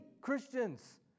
Christians